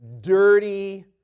dirty